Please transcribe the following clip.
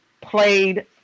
played